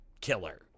killer